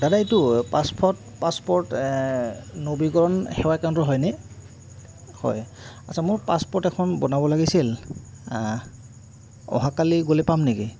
দাদা এইটো পাছফট পাছপ'ৰ্ট নবীকৰণ সেৱা কেন্দ্ৰ হয়নে হয় আচ্ছা মোৰ পাছপ'ৰ্ট এখন বনাব লাগিছিল অহাকালি গ'লে পাম নেকি